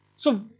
so,